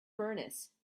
furnace